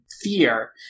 fear